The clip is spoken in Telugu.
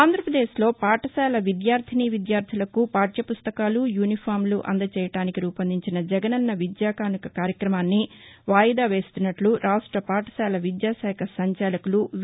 ఆంధ్రాప్రదేశ్ లో పాఠశాలల విద్యార్థినీ విద్యార్థులకు పాఠ్యపుస్తకాలు యూనిఫాంలు అందజేయడానికి రూపొందించిన జగనన్న విద్యా కానుక కార్యక్రమాన్ని వాయిదా వేస్తున్నట్లు రాష్ట్ర పాఠశాల విద్యాకాఖ సంచాలకులు వి